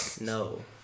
no